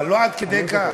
אבל לא עד כדי כך,